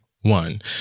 one